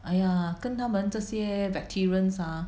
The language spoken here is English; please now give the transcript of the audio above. !aiya! 跟他们这些 veterans ah